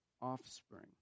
offspring